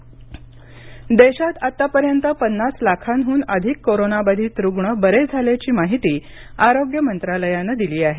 आकडेवारी देशात आत्तापर्यंत पन्नास लाखांहून अधिक कोरोनाबाधित रुग्ण बरे झाल्याची माहिती आरोग्य मंत्रालयानं दिली आहे